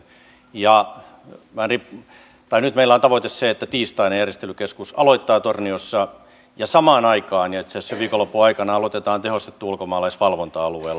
nyt meillä on tavoite se että tiistaina järjestelykeskus aloittaa torniossa ja samaan aikaan itse asiassa viikonlopun aikana aloitetaan tehostettu ulkomaalaisvalvonta alueella